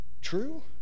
true